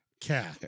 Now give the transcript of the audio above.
cat